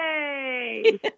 Yay